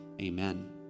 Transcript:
amen